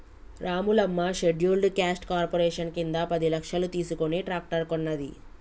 Ramulamma scheduled caste corporation కింద పది లక్షలు తీసుకుని ట్రాక్టర్ కొన్నది